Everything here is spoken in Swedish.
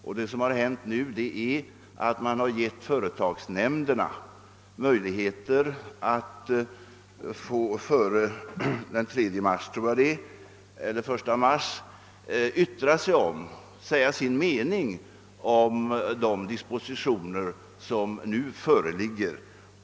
Vad som nu hänt är att man givit företagsnämnderna möjligheter att före den 1 mars, tror jag det är, säga sin mening om de dispositioner som föreligger.